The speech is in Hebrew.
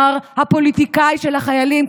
מר הפוליטיקאי של החיילים,